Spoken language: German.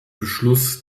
beschluss